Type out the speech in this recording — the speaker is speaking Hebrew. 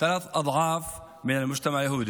פי שלושה מהחברה היהודית,